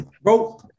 bro